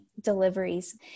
deliveries